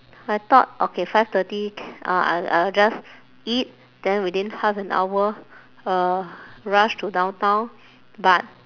I thought okay five thirty I'll I'll just eat then within half an hour uh rush to downtown but